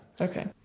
Okay